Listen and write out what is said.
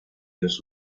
los